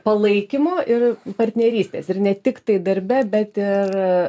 palaikymo ir partnerystės ir ne tiktai darbe bet ir